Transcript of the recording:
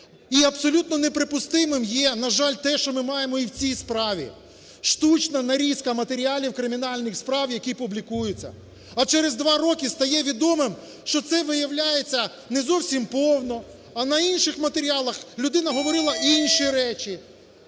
І абсолютно неприпустимим є, на жаль, те, що ми маємо і в цій справі, штучна нарізка матеріалів кримінальних справ, які публікуються, а через 2 роки стає відомим, що це виявляється не зовсім повно, а на інших матеріалах людина говорила інші речі.